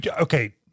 okay